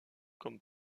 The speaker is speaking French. comme